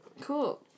cool